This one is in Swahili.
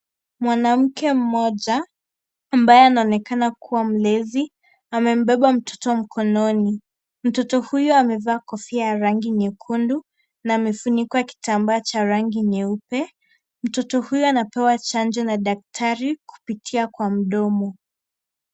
Mwanamke mmoja ambaye anaonekana kuwa mlezi anambeba mtoto mkononi mtoto huyu amevaa kofia ya rangi nyekundu na amefunikwa kitambaa cha rangi nyeupe mtoto huyu anapewa chanjo na daktari kupitia kwa mdomo.